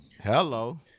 Hello